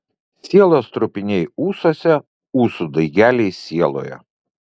sielos trupiniai ūsuose ūsų daigeliai sieloje